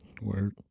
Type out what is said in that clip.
Word